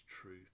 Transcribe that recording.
truth